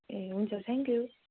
ए हुन्छ थ्याङ्कयू